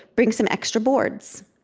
bring some extra boards.